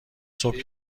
صبح